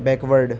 backward